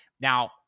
now